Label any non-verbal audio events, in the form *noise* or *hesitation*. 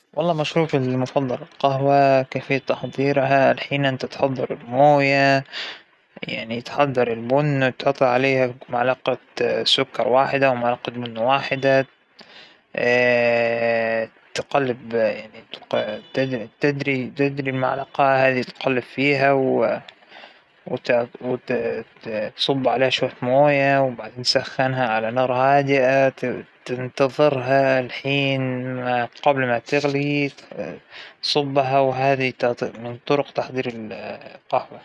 طعامى المفضل فى العموم هو الخضراوات والفاكهة، *hesitation* لا ما بتختلف حسب الوقت خلال السنة، إجابتى ثابتة دائما، أنا بيعجبنى أكل الخضار، والفاكهة، والأكل الصحى، *hesitation* هذى الأشياء اللى تمد الجسم بالطاقة، لكن ما يعجبنى الأكلات الثانية الكثيرة المختلفة.